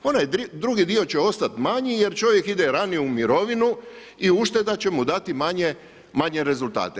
Onaj drugi dio će ostati manji jer čovjek ide ranije u mirovinu i ušteda će mu dati manje rezultate.